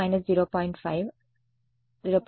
2 మరియు 25 0